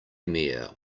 mare